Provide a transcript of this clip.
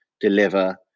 deliver